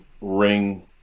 ring